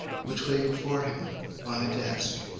which lay before him on a desk.